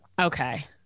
Okay